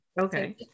Okay